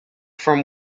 from